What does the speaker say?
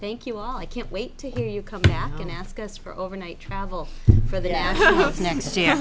thank you all i can't wait to hear you come back and ask us for overnight travel for the next ye